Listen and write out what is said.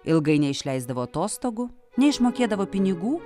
ilgai neišleisdavo atostogų neišmokėdavo pinigų